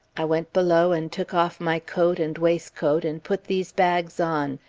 i went below and took off my coat and waistcoat and put these bags on.